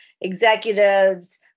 executives